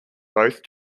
both